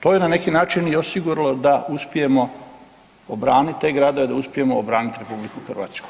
To je na neki način i osiguralo da uspijemo obraniti te gradove da uspijemo obraniti RH.